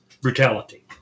brutality